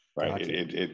Right